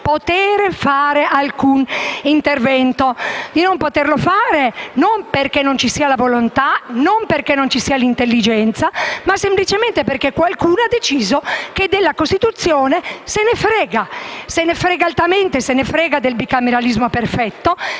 di non poter fare alcun intervento, non perché non ci siano la volontà o l'intelligenza, ma semplicemente perché qualcuno ha deciso che della Costituzione se ne frega altamente: se ne frega del bicameralismo perfetto